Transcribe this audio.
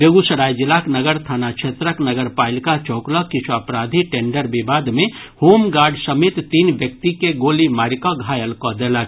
बेगूसराय जिलाक नगर थाना क्षेत्रक नगरपालिका चौक लग किछु अपराधी टेंडर विवाद मे होम गार्ड समेत तीन व्यक्ति के गोली मारि कऽ घायल कऽ देलक